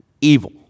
evil